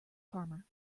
farmer